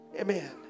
Amen